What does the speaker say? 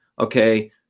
okay